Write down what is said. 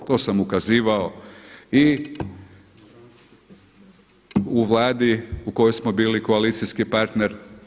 To sam ukazivao i u Vladi u kojoj smo bili koalicijski partner.